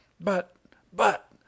But—but—